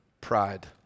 Pride